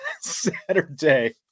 Saturday